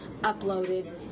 uploaded